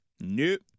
Nope